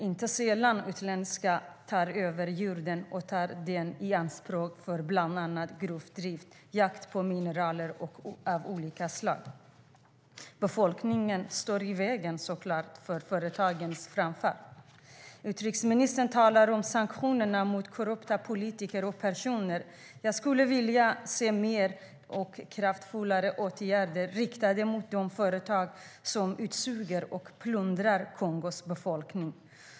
Inte sällan tar då utländska bolag över jorden och tar den i anspråk för bland annat gruvdrift och jakt på mineraler av olika slag. Befolkningen står i vägen för företagens framfart. Utrikesministern talar om sanktioner mot korrupta politiker och andra personer. Jag skulle vilja se mer och kraftfullare åtgärder riktade mot de företag som utsuger och plundrar Kongos befolkning.